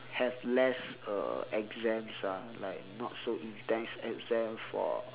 have less uh exams ah like not so intense exams for